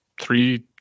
three